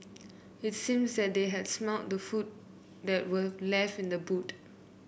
it seemed that they had smelt the food that were left in the boot